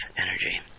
energy